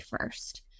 first